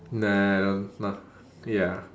nah I don't not ya